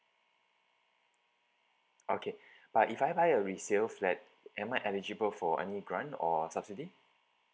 okay but if I buy a resale flat am I eligible for any grant or subsidy